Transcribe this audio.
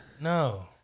No